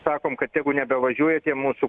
sakom kad tegu nebevažiuoja tie mūsų